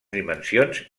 dimensions